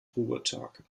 ruhetag